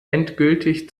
endgültig